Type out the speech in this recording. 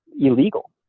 illegal